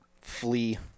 flee